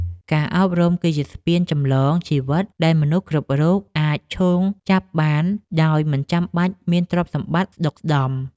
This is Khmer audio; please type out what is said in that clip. ការអប់រំ គឺជាស្ពានចម្លងជីវិតដែលមនុស្សគ្រប់រូបអាចឈោងចាប់បានដោយមិនចាំបាច់មានទ្រព្យសម្បត្តិស្ដុកស្ដម្ភ។